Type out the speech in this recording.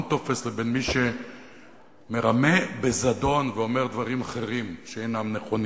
טופס לבין מי שמרמה בזדון ואומר דברים אחרים שאינם נכונים.